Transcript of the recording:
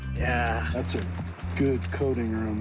yeah. that's a good coating